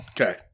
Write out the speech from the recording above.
okay